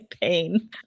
pain